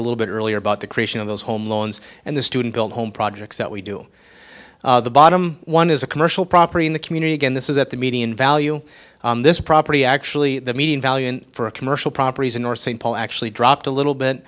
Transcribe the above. a little bit earlier about the creation of those home loans and the student built home projects that we do the bottom one is a commercial property in the community again this is at the median value on this property actually the median value for a commercial properties in north st paul actually dropped a little bit